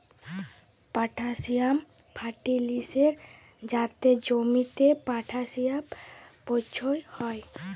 potassium ফার্টিলিসের যাতে জমিতে পটাসিয়াম পচ্ছয় হ্যয়